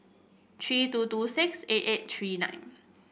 three two two six eight eight three nine